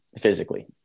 physically